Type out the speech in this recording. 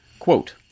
quote